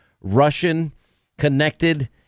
Russian-connected